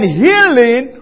healing